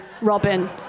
Robin